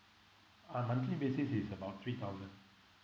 uh monthly basis is about three thousand